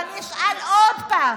ואני אשאל עוד פעם,